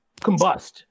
combust